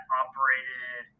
operated